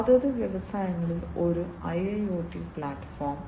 അതത് വ്യവസായങ്ങളിൽ ഒരു IIoT പ്ലാറ്റ്ഫോം